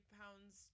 pounds